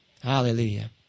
hallelujah